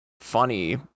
funny